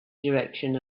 direction